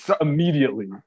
immediately